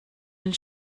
and